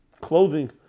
clothing